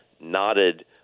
nodded